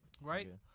Right